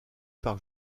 par